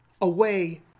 away